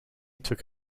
took